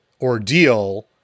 ordeal